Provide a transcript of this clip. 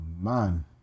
man